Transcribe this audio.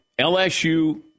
LSU